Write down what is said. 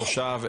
תושב,